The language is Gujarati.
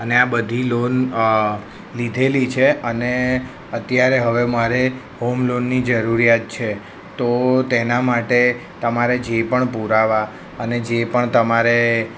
અને આ બધી લોન લીધેલી છે અને અત્યારે હવે મારે હોમ લોનની જરૂરિયાત છે તો તેના માટે તમારે જે પણ પુરાવા અને જે પણ તમારે